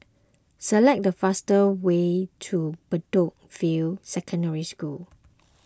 select the fastest way to Bedok View Secondary School